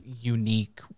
unique